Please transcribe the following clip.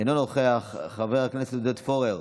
אינו נוכח, חבר הכנסת עודד פורר,